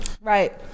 Right